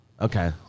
Okay